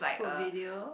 food video